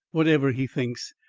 whatever he thinks,